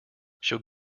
she’ll